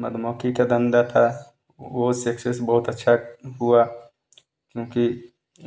मधुमक्खी के धंधा था वो सक्सेस बहुत अच्छा हुआ क्योंकि